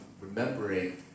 remembering